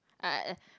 I